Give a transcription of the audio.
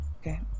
okay